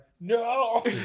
No